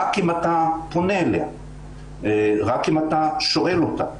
זה רק אם אתה פונה אליה ורק אם אתה שואל אותה.